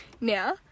Now